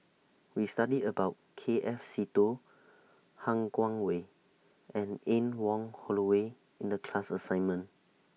We studied about K F Seetoh Han Guangwei and Anne Wong Holloway in The class assignment